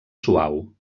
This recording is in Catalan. suau